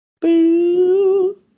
boo